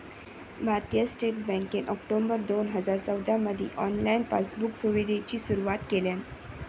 भारतीय स्टेट बँकेन ऑक्टोबर दोन हजार चौदामधी ऑनलाईन पासबुक सुविधेची सुरुवात केल्यान